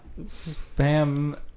spam